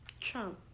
Trump